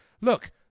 Look